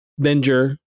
Venger